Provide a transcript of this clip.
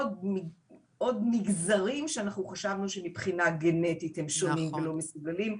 עוד נגזרים שאנחנו חשבנו שמבחינה גנטית הם שונים ולא מסוגלים.